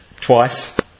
twice